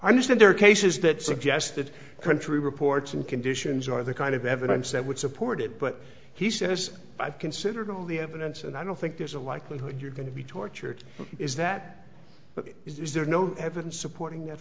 understand there are cases that suggested country reports and conditions are the kind of evidence that would support it but he says i've considered all the evidence and i don't think there's a likelihood you're going to be tortured is that but is there no evidence supporting that